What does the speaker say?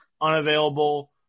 unavailable